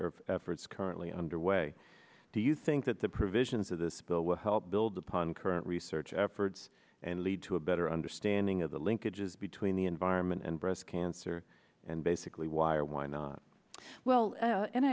or efforts currently underway do you think that the provisions of this bill will help build upon current research efforts and lead to a better understanding of the linkages between the environment and breast cancer and basically why or why not well